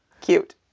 Cute